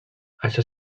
això